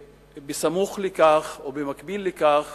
ובסמוך לכך או במקביל לכך